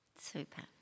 Super